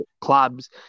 clubs